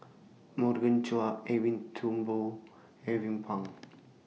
Morgan Chua Edwin Thumboo Alvin Pang